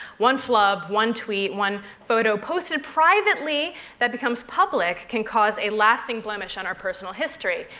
one flub, one tweet, one photo posted privately that becomes public can cause a lasting blemish on our personal history.